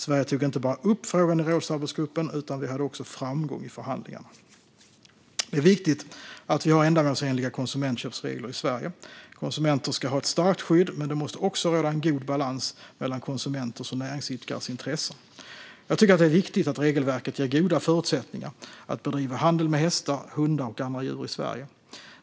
Sverige tog inte bara upp frågan i rådsarbetsgruppen utan hade också framgång i förhandlingarna. Det är viktigt att vi har ändamålsenliga konsumentköpsregler i Sverige. Konsumenter ska ha ett starkt skydd, men det måste också råda en god balans mellan konsumenters och näringsidkares intressen. Jag tycker att det är viktigt att regelverket ger goda förutsättningar att bedriva handel med hästar, hundar och andra djur i Sverige.